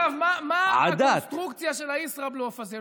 אגב, מה הקונסטרוקציה של הישראבלוף הזה?